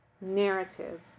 narrative